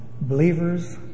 Believers